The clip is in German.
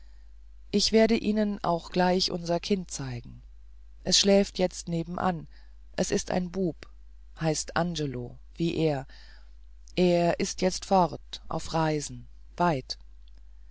ich werde ihnen dann gleich unser kind zeigen es schläft jetzt nebenan es ist ein bub heißt angelo wie er er ist jetzt fort auf reisen weit